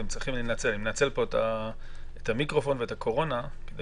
אני חושב שאתם צריכים לנצל אני מנצל פה את המיקרופון ואת הקורונה כדי